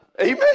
Amen